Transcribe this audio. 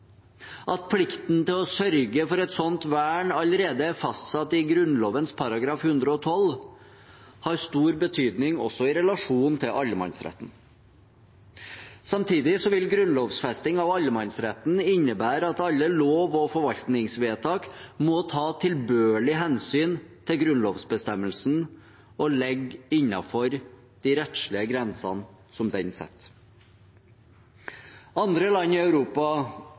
At plikten til å sørge for et slikt vern allerede er fastsatt i Grunnloven § 112, har stor betydning også i relasjon til allemannsretten. Samtidig vil grunnlovfesting av allemannsretten innebære at alle lov- og forvaltningsvedtak må ta tilbørlig hensyn til grunnlovsbestemmelsen og ligge innenfor de rettslige grensene som den setter. Andre land i Europa